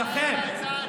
שלכם,